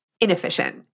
inefficient